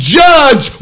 judge